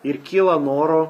ir kyla noro